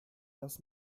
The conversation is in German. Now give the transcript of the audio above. das